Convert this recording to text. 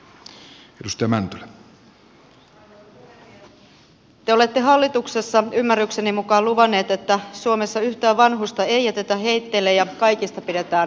te olette hallituksessa ymmärrykseni mukaan luvanneet että suomessa yhtään vanhusta ei jätetä heitteille ja kaikista pidetään huolta